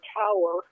tower